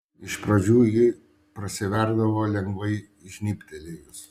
iš pradžių ji prasiverdavo lengvai žnybtelėjus